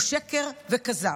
היא שקר וכזב.